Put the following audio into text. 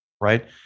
right